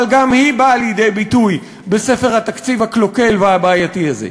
אבל גם היא באה לידי ביטוי בספר התקציב הקלוקל והבעייתי הזה.